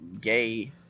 gay